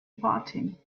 farting